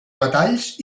metalls